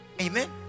Amen